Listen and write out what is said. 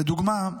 לדוגמה,